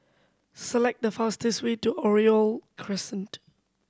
select the fastest way to Oriole Crescent